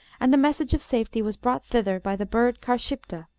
and the message of safety was brought thither by the bird karshipta,